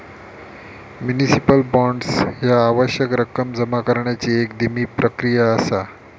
municipal bonds ह्या आवश्यक रक्कम जमा करण्याची एक धीमी प्रक्रिया असा